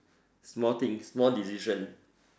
small things small decision